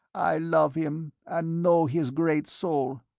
i love him and know his great soul.